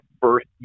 first